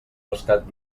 rescat